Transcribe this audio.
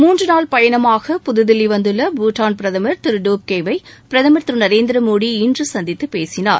மூன்று நாள் பயணமாக புதுதில்லி வந்துள்ள பூடான் பிரதமர் திரு டோப்கேவை பிரதமர் திரு நரேந்திரமோடி இன்று சந்தித்து பேசினார்